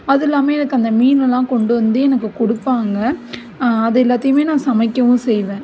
அதுவும் இல்லாமல் எனக்கு அந்த மீனெலாம் கொண்டு வந்து எனக்கு கொடுப்பாங்க அது எல்லாத்தையுமே நான் சமைக்கவும் செய்வேன்